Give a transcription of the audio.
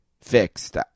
fixed